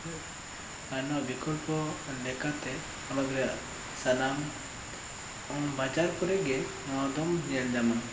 ᱟᱨ ᱱᱚᱣᱟ ᱵᱤᱠᱷᱚᱞᱯᱚ ᱞᱮᱠᱟᱛᱮ ᱦᱚᱱᱚᱛ ᱨᱮᱭᱟᱜ ᱥᱟᱱᱟᱢ ᱵᱟᱡᱟᱨ ᱠᱚᱨᱮ ᱜᱮ ᱱᱚᱣᱟ ᱫᱚᱢ ᱧᱮᱞ ᱧᱟᱢᱟ